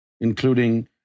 including